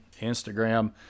Instagram